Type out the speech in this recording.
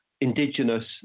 indigenous